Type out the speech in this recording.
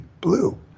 blue